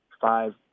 five